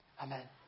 Amen